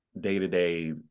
day-to-day